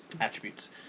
attributes